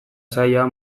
zaila